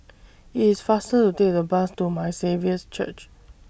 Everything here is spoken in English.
IT IS faster to Take The Bus to My Saviour's Church